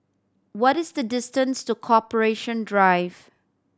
what is the distance to Corporation Drive